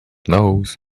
knows